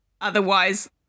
otherwise